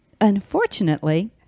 Unfortunately